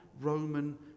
Roman